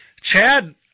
Chad